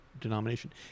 denomination